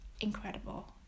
incredible